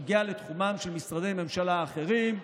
נוגע לתחומם של משרדי ממשלה אחרים,